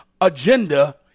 agenda